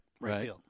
Right